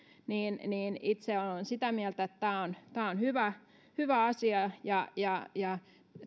itse olen sitä mieltä että tämä on hyvä hyvä asia ja ja